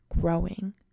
growing